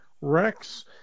rex